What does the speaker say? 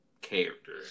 character